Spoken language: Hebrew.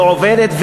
לא עובדת,